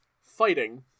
fighting